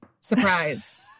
surprise